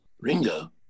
Ringo